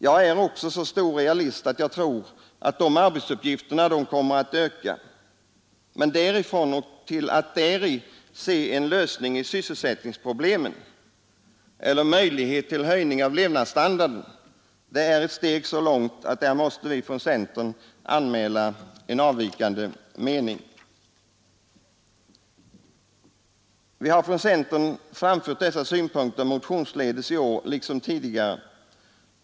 Jag å så stor realist att jag tror att de arbetsuppgifterna kommer att öka. Men därifrån och till att däri se en lösning av sysselsättningsproblemen eller en möjlighet till höjning av levnadsstandarden är ett steg så långt att där måste vi från centern anmäla en avvikande mening. Vi har från centern framfört dessa synpunkter motionsledes i år liksom tidigare.